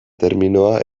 terminoa